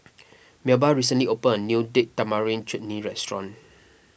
Melba recently opened a new Date Tamarind Chutney restaurant